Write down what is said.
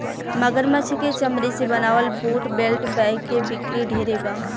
मगरमच्छ के चमरी से बनावल बूट, बेल्ट, बैग के बिक्री ढेरे बा